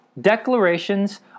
declarations